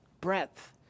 breadth